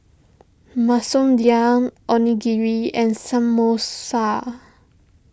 Masoor Dal Onigiri and Samosa